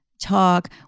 talk